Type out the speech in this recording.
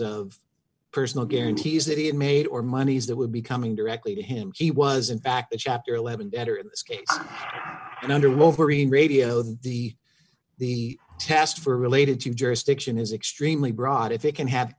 of personal guarantees that he had made or monies that would be coming directly to him he was in fact in chapter eleven and under wolverine radio the the test for related to jurisdiction is extremely broad if it can have